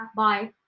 bye